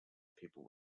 people